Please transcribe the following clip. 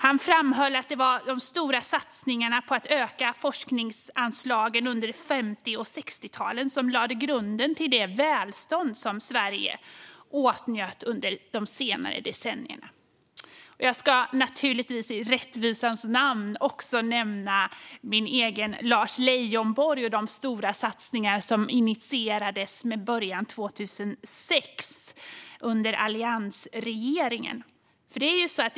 Han framhöll att det var de stora satsningarna på att öka forskningsanslagen under 50 och 60-talen som lade grunden till det välstånd som Sverige åtnjöt under de senare decennierna. Jag ska naturligtvis i rättvisans namn också nämna vår egen Lars Leijonborg och de stora satsningar som initierades med början 2006 under alliansregeringen.